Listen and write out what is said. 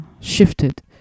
shifted